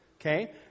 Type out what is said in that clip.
Okay